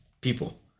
people